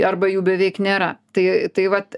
arba jų beveik nėra tai tai vat